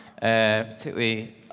particularly